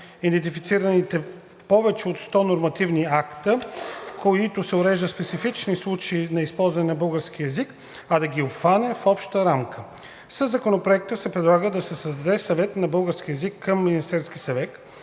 идентифицираните повече от сто нормативни акта, в които се уреждат специфични случаи на използването на българския език, а да ги обхване в обща рамка. Със Законопроекта се предлага да се създаде Съвет за българския език към Министерския съвет,